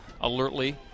alertly